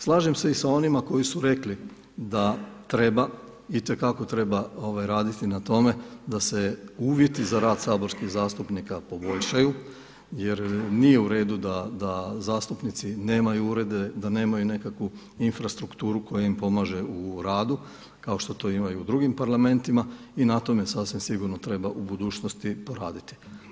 Slažem se i sa onima koji su rekli da treba itekako treba raditi na tome da se uvjeti za rad saborskih zastupnika poboljšaju jer nije uredu da zastupnici nemaju urede, da nemaju nekakvu infrastrukturu koja im pomaže u radu kao što to ima u drugim parlamentima i na tome sasvim sigurno treba u budućnosti poraditi.